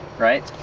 right?